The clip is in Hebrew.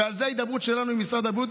ועל זה ההידברות שלנו עם משרד הבריאות.